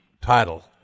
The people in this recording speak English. title